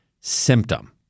symptom